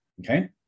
Okay